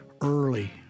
early